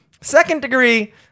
Second-degree